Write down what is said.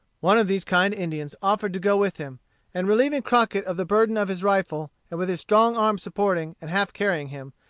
one of these kind indians offered to go with him and relieving crockett of the burden of his rifle, and with his strong arm supporting and half carrying him,